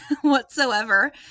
whatsoever